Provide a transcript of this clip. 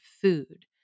food